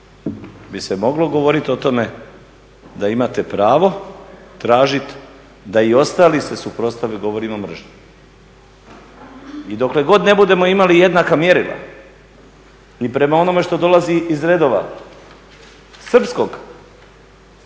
bi se moglo govoriti o tome da imate pravo tražiti da i ostali se suprotstave govorima mržnje. I dokle god ne budemo imali jednaka mjerila ni prema onome što dolazi iz redova srpskog